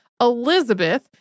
Elizabeth